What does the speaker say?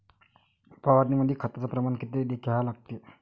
फवारनीमंदी खताचं प्रमान किती घ्या लागते?